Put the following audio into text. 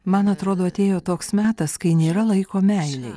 man atrodo atėjo toks metas kai nėra laiko meilei